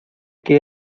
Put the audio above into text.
que